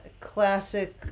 classic